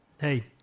hey